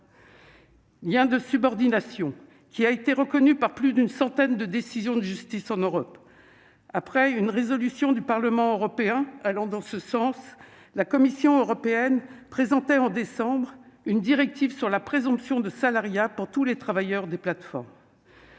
lien de subordination a été reconnu par plus d'une centaine de décisions de justice en Europe. Après une résolution du Parlement européen allant dans ce sens, la Commission européenne a présenté en décembre dernier une directive sur la présomption de salariat pour tous les travailleurs des plateformes.